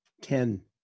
Ten